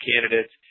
candidates